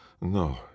No